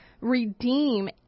redeem